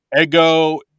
ego